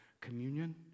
communion